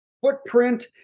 footprint